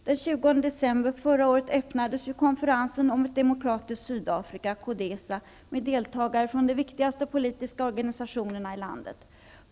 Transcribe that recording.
Den 20 december förra året öppnades ju konferensen om ett demokratiskt Sydafrika, CODESA, med deltagare från de viktigaste politiska organisationerna i landet.